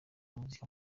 umuziki